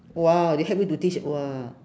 !wow! they help you to teach !wah!